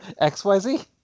XYZ